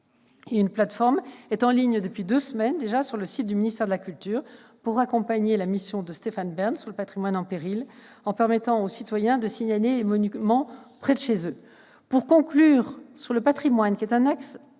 Une plateforme est en ligne depuis deux semaines déjà sur le site du ministère de la culture, dans le cadre de la mission qui a été confiée à Stéphane Bern sur le patrimoine en péril. Elle permet aux citoyens de signaler des monuments près de chez eux. Pour conclure sur le patrimoine, qui est un axe prioritaire